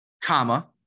comma